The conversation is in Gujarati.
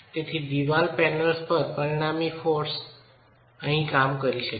તેથી દિવાલ પેનલ્સ પર પરિણામી બળ પર અહીં કામ કરી શકાય